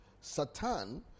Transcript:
satan